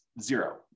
zero